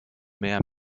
mehr